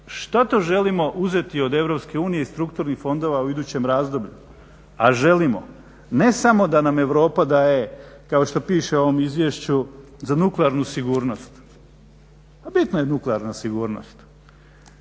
što to želimo uzeti od EU i strukturnih fondova u idućem razdoblju, a želimo. Ne samo da nam Europa daje kao što piše u ovom izvješću za nuklearnu sigurnost, pa bitna je nuklearna sigurnost,